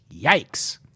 yikes